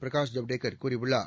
பிரகாஷ் ஜவ்டேகர் கூறியுள்ளார்